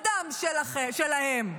בדם שלהם.